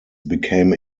became